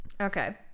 Okay